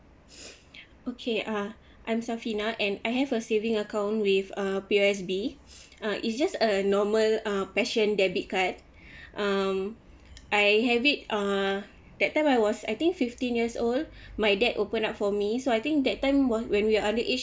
okay uh I'm safina and I have a saving account with uh P_O_S_B uh it's just a normal uh passion debit card um I have it uh that time I was I think fifteen years old my dad open up for me so I think that time was when we are underage